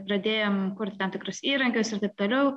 pradėjom kurt tam tikrus įrankius ir taip toliau